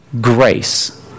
grace